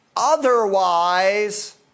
Otherwise